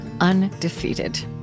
Undefeated